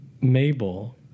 Mabel